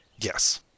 Yes